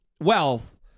wealth